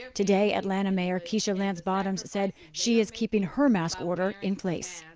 today, atlanta mayor keisha lance bottoms said she is keeping her mask order in place.